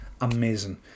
Amazing